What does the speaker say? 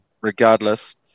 regardless